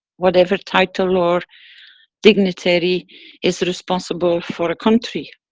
whatever title or dignitary is responsible for a country.